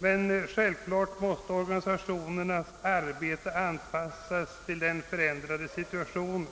Men självklart måste organisationernas arbete anpassas till den förändrade situationen.